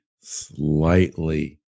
slightly